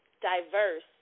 diverse